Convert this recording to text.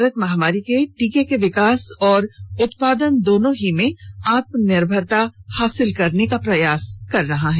भारत महामारी के टीके के विकास और उत्पादन दोनों ही में आत्मभनिर्भरता हासिल करने का प्रयास कर रहा है